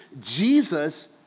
Jesus